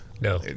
No